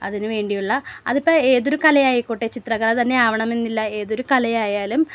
അതിന് വേണ്ടിയുള്ള അതിപ്പം ഏതൊരു കലയായിക്കോട്ടെ ചിത്രകല തന്നെ ആവണമെന്നില്ല ഏതൊരു കലയായാലും